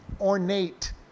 ornate